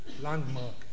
landmark